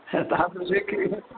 तादृश किं